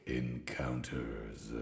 encounters